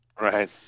right